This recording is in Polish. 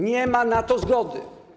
Nie ma na to zgody.